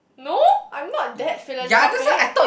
no I'm not that philanthrophic